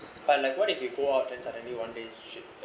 but like what did you go out and suddenly one day shit